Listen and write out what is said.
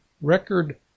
record